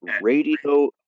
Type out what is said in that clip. Radio